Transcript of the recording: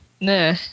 Nah